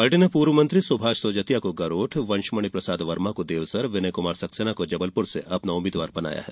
party ने पूर्व मंत्री सुभाष सोजतिया को गरोठ वंशमणि प्रसाद वर्मा को देवसर विनय कुमार सक्सेना को जबलपुर से उम्मीदवार बनाया है